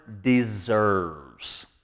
deserves